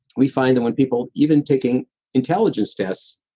we find that when people, even taking intelligence tests,